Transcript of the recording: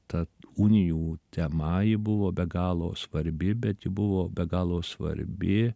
tad unijų tema ji buvo be galo svarbi bet ji buvo be galo svarbi